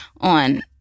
on